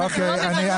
המונח